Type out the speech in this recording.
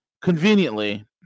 conveniently